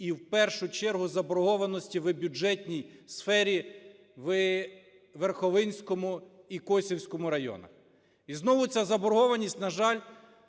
і в першу чергу заборгованості в бюджетній сфері у Верховинському і Косівському районах. І знову ця заборгованість, на жаль,